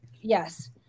Yes